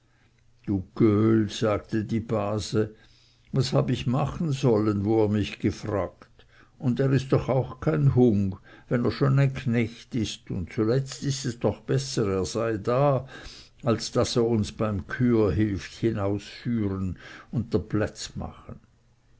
du göhl sagte die base was hab ich machen sollen wo er mich gefragt und er ist doch auch kein hung wenn er schon ein knecht ist und zuletzt ist es doch besser er sei da als daß er uns beim küher hilft ausführen und dr plätz machen